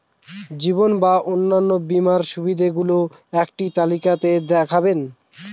জীবন বা অন্ন বীমার সুবিধে গুলো একটি তালিকা তে দেখাবেন?